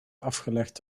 afgelegd